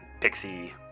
Pixie